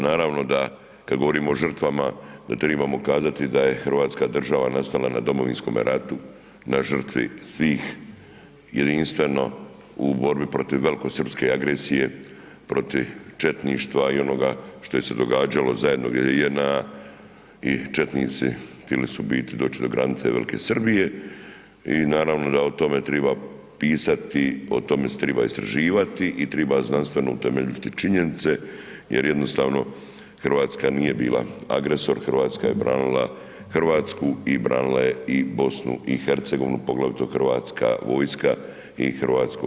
Naravno da kad govorimo o žrtvama da trebamo kazati da je Hrvatska država nastala na Domovinskome ratu na žrtvi svih jedinstveno u borbi protiv velikosrpske agresije, protiv četništva i onoga što je se događalo zajedno, JNA i četnici htjeli su doći do granice Velike Srbije i naravno da o tome treba pisati, o tome se treba istraživati i treba znanstveno utemeljiti činjenice jer jednostavno Hrvatska nije bila agresor, Hrvatska je branila Hrvatsku i branila je i BiH, poglavito HV i HVO.